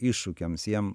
iššūkiams jiem